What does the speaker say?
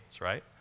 right